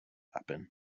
happen